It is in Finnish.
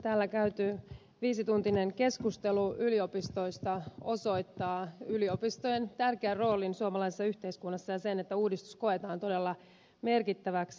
täällä käyty viisituntinen keskustelu yliopistoista osoittaa yliopistojen tärkeän roolin suomalaisessa yhteiskunnassa ja sen että uudistus koetaan todella merkittäväksi